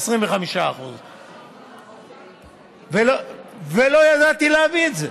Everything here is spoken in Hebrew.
25%. ולא ידעתי להביא את זה.